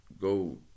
go